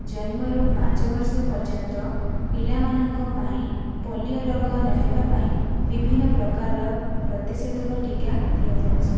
ଜନ୍ମରୁ ପାଞ୍ଚ ବର୍ଷ ପର୍ଯ୍ୟନ୍ତ ପିଲାମାନଙ୍କ ପାଇଁ ପୋଲିଓ ରୋଗ ନହେବା ପାଇଁ ବିଭିନ୍ନ ପ୍ରକାରର ପ୍ରତିଷେଧକ ଟୀକା ଦିଆଯାଉଛି